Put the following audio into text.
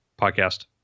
podcast